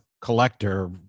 collector